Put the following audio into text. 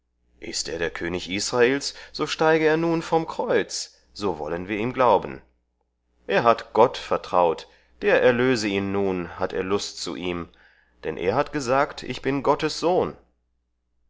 ist er der könig israels so steige er nun vom kreuz so wollen wir ihm glauben er hat gott vertraut der erlöse ihn nun hat er lust zu ihm denn er hat gesagt ich bin gottes sohn